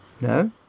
No